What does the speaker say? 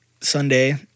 sunday